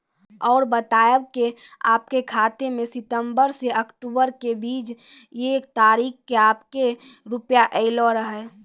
और बतायब के आपके खाते मे सितंबर से अक्टूबर के बीज ये तारीख के आपके के रुपिया येलो रहे?